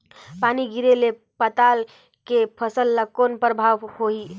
पानी गिरे ले पताल के फसल ल कौन प्रभाव होही?